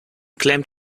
claimed